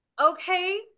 Okay